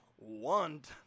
want